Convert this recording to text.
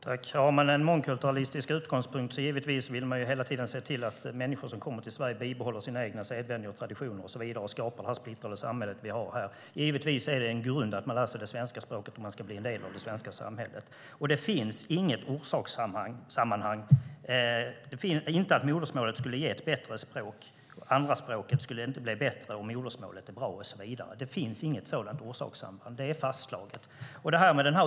Fru talman! Har man en mångkulturalistisk utgångspunkt vill man givetvis hela tiden se till att människor som kommer till Sverige bibehåller sina egna sedvänjor, traditioner och så vidare och skapar det splittrade samhälle vi har. Givetvis är det en grund att man lär sig svenska språket om man ska bli en del av det svenska samhället. Det finns inget orsakssammanhang som säger att modersmålet skulle ge ett bättre språk. Andraspråket blir inte bättre om modersmålet är bra. Det finns inget sådant orsakssamband. Det är fastslaget.